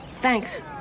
Thanks